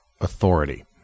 authority